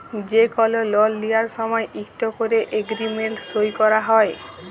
যে কল লল লিয়ার সময় ইকট ক্যরে এগ্রিমেল্ট সই ক্যরা হ্যয়